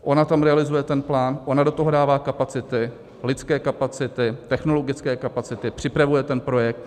Ona tam realizuje ten plán, ona do toho dává kapacity, lidské kapacity, technologické kapacity, připravuje ten projekt.